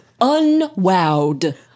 unwowed